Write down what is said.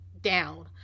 down